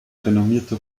renommierte